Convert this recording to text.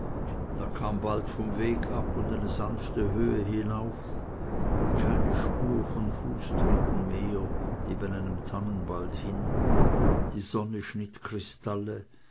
er kam bald vom weg ab und eine sanfte höhe hinauf keine spur von fußtritten mehr neben einem tannenwald hin die sonne schnitt kristalle